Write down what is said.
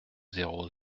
zéro